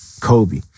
Kobe